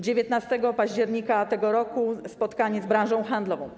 19 października tego roku - spotkanie z branżą handlową.